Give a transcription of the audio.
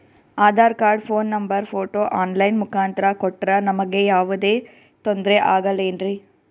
Aadhaar card, phone number, photo online ಮುಖಾಂತ್ರ ಕೊಟ್ರ ನಮಗೆ ಯಾವುದೇ ತೊಂದ್ರೆ ಆಗಲೇನ್ರಿ?